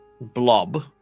blob